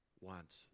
wants